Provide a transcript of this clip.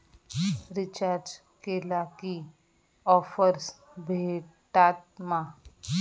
Recharge केला की offers भेटात मा?